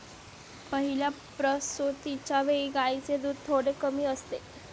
पहिल्या प्रसूतिच्या वेळी गायींचे दूध थोडे कमी असते